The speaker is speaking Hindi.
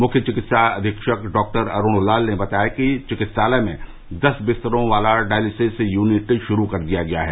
मुख्य चिकित्सा अवीक्षक डॉक्टर अरूण लाल ने बताया कि चिकित्सालय में दस बिस्तरों वाला डॉयलिसिस यूनिट शुरू किया गया है